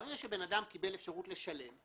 כאשר אדם קיבל אפשרות לשלם,